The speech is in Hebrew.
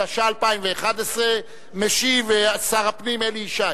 התשע"א 2011. משיב שר הפנים אלי ישי.